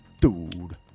Dude